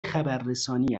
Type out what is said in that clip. خبررسانی